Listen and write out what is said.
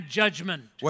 judgment